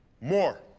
More